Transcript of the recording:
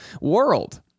world